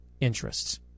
interests